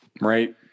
right